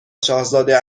شاهزاده